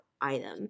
item